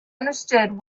understood